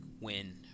win